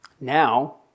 Now